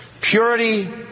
Purity